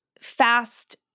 fast